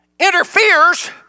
interferes